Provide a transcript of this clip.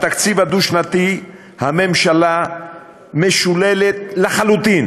בתקציב הדו-שנתי הממשלה משוללת לחלוטין